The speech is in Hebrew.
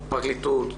פרקליטות,